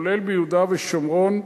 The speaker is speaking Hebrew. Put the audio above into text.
ביהודה ושומרון,